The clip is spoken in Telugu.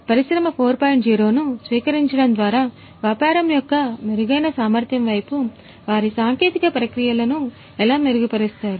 0 ను స్వీకరించడం ద్వారా వ్యాపారం యొక్క మెరుగైన సామర్థ్యం వైపు వారి సాంకేతిక ప్రక్రియలను ఎలా మెరుగుపరుస్తారు